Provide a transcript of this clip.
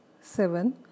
seven